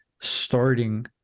starting